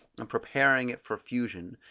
and preparing it for fusion,